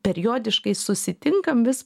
periodiškai susitinkam vis